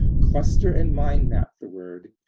cluster and mind-map the word,